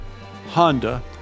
Honda